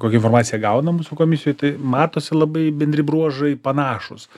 kokią informaciją gaunam mūsų komisijoj tai matosi labai bendri bruožai panašūs